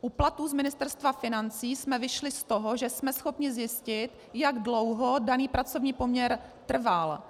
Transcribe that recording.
U platů z Ministerstva financí jsme vyšli z toho, že jsme schopni zjistit, jak dlouho daný pracovní poměr trval.